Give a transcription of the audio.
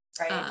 right